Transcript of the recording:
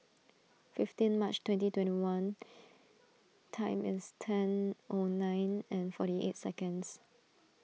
fifteen March twenty twenty one time is ten O nine and forty eight seconds